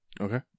Okay